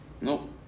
Nope